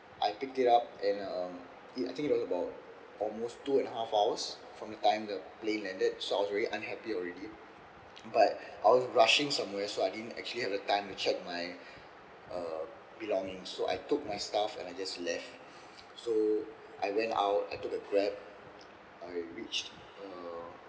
I picked it up and uh ya I think it about almost two and a half hours from the time the plane landed so I was very unhappy already but I was rushing somewhere so I didn't actually have the time to check my uh belongings so I took my stuff and I just left so I went out I took a grab I reached uh